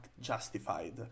justified